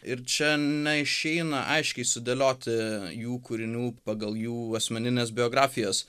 ir čia neišeina aiškiai sudėlioti jų kūrinių pagal jų asmenines biografijas